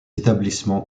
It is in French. établissement